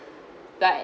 but